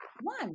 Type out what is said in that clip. one